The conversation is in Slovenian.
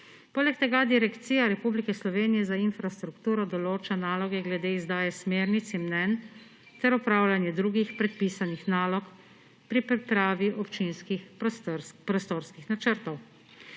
Poleg tega Direkcija Republike Slovenije za infrastrukturo določa naloge glede izdaje smernic in mnenj ter opravljanje drugih predpisanih nalog pri pripravi občinskih prostorskih načrtov.